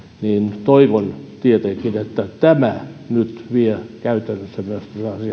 niin toivon tietenkin että tämä nyt vie käytännössä myös